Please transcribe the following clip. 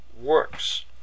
works